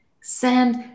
Send